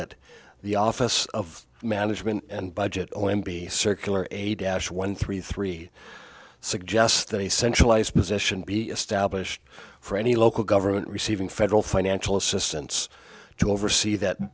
that the office of management and budget o m b circular a dash one three three suggests that a centralized position be established for any local government receiving federal financial assistance to oversee that